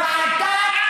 ועדת